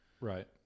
right